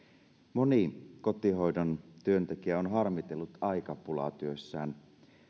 moni kotihoidon työntekijä on harmitellut aikapulaa työssään